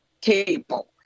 Cable